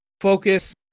Focus